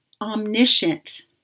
omniscient